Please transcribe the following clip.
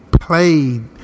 played